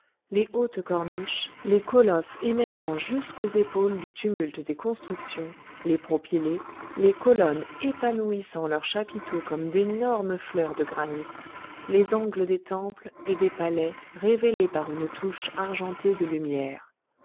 les hautes corniches les colosses émergeant jusqu'aux épaules du tumulte des constructions les propylées les colonnes épanouissant leurs chapiteaux comme d'énormes fleurs de granit les angles des temples et des palais révélés par une touche argentée de lumière